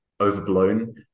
overblown